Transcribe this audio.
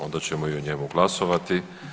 Onda ćemo i o njemu glasovati.